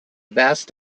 vast